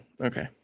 Okay